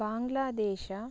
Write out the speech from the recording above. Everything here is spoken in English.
Bangladesh